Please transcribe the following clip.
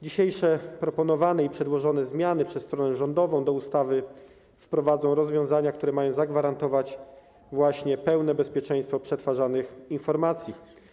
Dzisiejsze proponowane i przedłożone przez stronę rządową zmiany do ustawy wprowadzą rozwiązania, które mają zagwarantować właśnie pełne bezpieczeństwo przetwarzanych informacji.